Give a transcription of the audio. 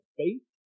faith